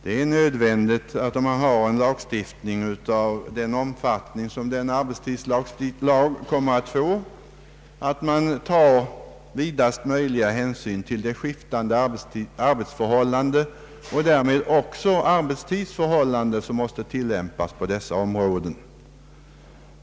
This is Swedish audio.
Om man har en lagstiftning av den omfattning som denna arbetstidslag kommer att få, är det nödvändigt att man tar vidast möjliga hänsyn till de skiftande arbetsförhållanden och därmed också arbetstidsförhållanden som måste tillämpas på skilda områden.